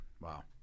Wow